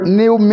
new